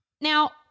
Now